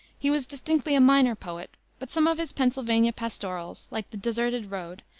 he was distinctly a minor poet, but some of his pennsylvania pastorals, like the deserted road,